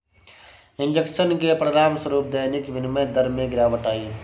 injection के परिणामस्वरूप दैनिक विनिमय दर में गिरावट आई